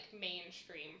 mainstream